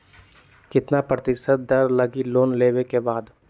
कितना प्रतिशत दर लगी लोन लेबे के बाद?